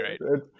right